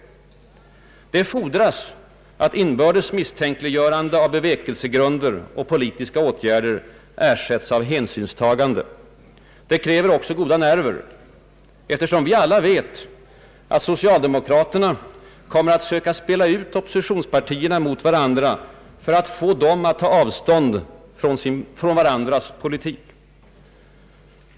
Det fordrar att inbördes misstänkliggörande av bevekelsegrunder och politiska åtgärder ersätts av hänsynstagande. Det kräver också goda nerver, eftersom vi alla vet att socialdemokraterna kommer att söka spela ut oppositionspartierna mot varandra för att få dem att ta avstånd från varandras politik.